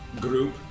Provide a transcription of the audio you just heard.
group